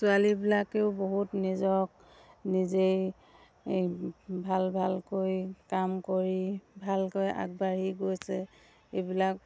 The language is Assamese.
ছোৱালীবিলাকেও বহুত নিজক নিজেই ভাল ভালকৈ কাম কৰি ভালকৈ আগবাঢ়ি গৈছে এইবিলাক